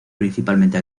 principalmente